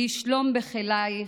יהי שלום בחילך,